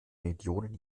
millionen